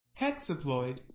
Hexaploid